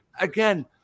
Again